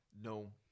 no